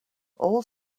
all